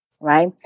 right